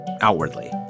outwardly